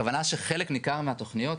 הכוונה שחלק ניכר מהתוכניות,